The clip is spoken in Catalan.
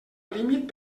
límit